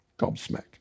gobsmacked